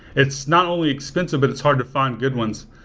it's not only expensive but it's hard to find good ones.